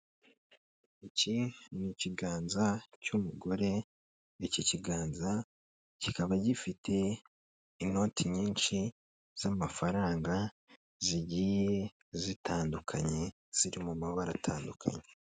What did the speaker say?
Iki ni ikiganza cy'umugore iki kiganza kikaba gifite inoti nyinshi z'amafaranga zigiye zitandukanye, ziri mu mabara atandukanye.